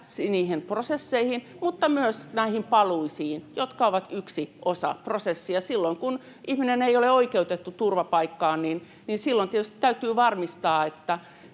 niihin prosesseihin mutta myös näihin paluisiin, jotka ovat yksi osa prosessia. Silloin, kun ihminen ei ole oikeutettu turvapaikkaan, tietysti täytyy varmistaa,